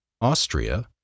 Austria